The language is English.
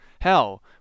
Hell